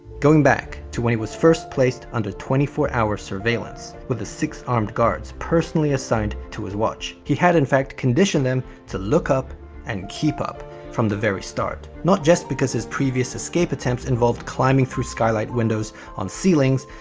going back to when he was first placed under twenty four hour surveillance with the six armed guards personally assigned to his watch. he had in fact conditioned them to look up and keep up from the very start, not just because his previous escape attempts involved climbing through skylight windows on ceilings,